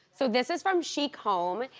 so this is from chic home,